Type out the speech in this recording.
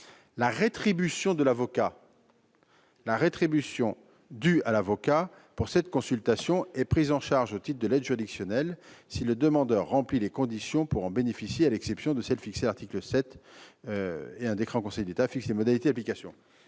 préalable de culpabilité. « La rétribution due à l'avocat pour cette consultation est prise en charge au titre de l'aide juridictionnelle si le demandeur remplit les conditions pour en bénéficier, à l'exception de celles fixées à l'article 7. « Un décret en Conseil d'État fixe les modalités d'application